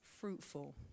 fruitful